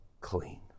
clean